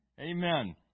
Amen